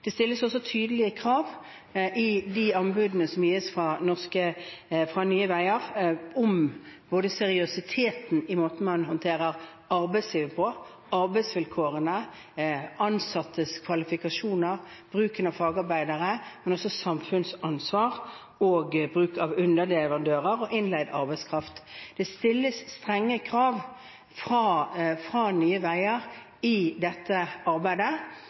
Det stilles også tydelige krav i de anbudene som gis fra Nye Veier, om seriøsiteten i måten man håndterer arbeidslivet på, arbeidsvilkårene, ansattes kvalifikasjoner og bruken av fagarbeidere, men også om samfunnsansvar og bruk av underleverandører og innleid arbeidskraft. Det stilles strenge krav fra Nye Veier i dette arbeidet.